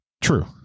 True